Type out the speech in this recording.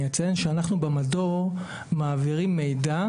אני אציין שאנחנו במדור מעבירים מידע,